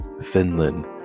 finland